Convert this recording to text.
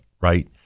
right